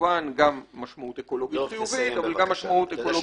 כמובן גם משמעות אקולוגית חיובית אבל גם משמעות אקולוגית שלילית.